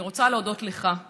אני רוצה להודות לך על